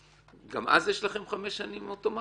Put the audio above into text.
גם אז יש לכם חמש שנים אוטומטית?